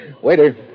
Waiter